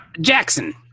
Jackson